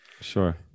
sure